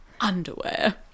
Underwear